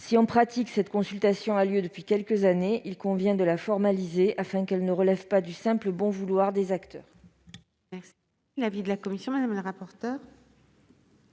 Si, en pratique, cette consultation a lieu depuis quelques années, il convient toutefois de la formaliser afin qu'elle ne dépende pas seulement du bon vouloir des acteurs.